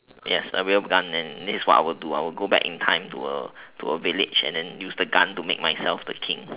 yes a real gun and this is what I would do I would go back in time to a to a village and use the gun to make myself the king